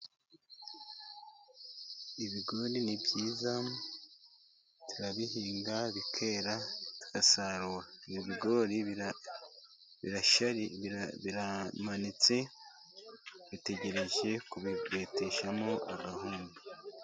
Ibigori ni byiza, turabihinga bikera tugasarura. Ibigori birasha biramanitse, dutegereje kubibeteshamo akawunga.